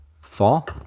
fall